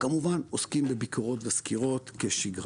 וכמובן עוסקים בביקורות וסקירות כשגרה.